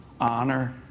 Honor